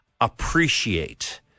appreciate